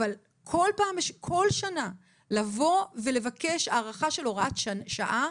אבל בכל שנה לבוא ולבקש הארכה של הוראת שעה